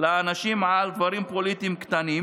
לאנשים על דברים פוליטיים קטנים.